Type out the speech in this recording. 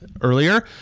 earlier